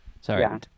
Sorry